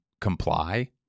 comply